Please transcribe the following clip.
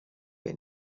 wir